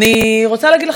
אני רוצה להגיד לך,